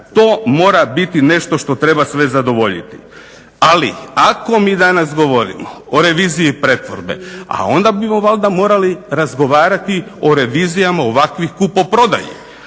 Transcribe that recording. to mora biti nešto što treba sve zadovoljiti. Ali, ako mi danas govorimo o reviziji pretvorbe, a onda bismo valjda morali razgovarati ovakvih kupoprodaja